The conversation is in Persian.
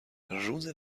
روز